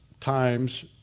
times